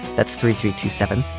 that's three three two seven.